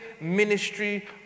ministry